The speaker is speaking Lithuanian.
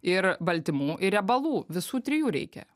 ir baltymų ir riebalų visų trijų reikia